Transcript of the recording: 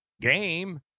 game